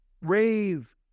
rave